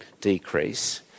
decrease